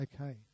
Okay